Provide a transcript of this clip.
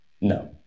No